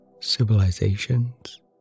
civilizations